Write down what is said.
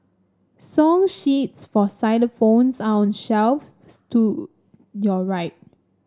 song sheets for xylophones are on shelf stood your right